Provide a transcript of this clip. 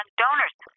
donors